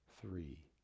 three